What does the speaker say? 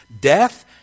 death